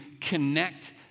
connect